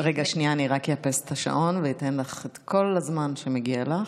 אני אאפס את השעון ואני אתן לך את כל הזמן שמגיע לך.